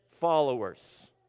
followers